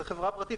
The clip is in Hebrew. זו חברה פרטית.